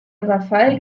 rafael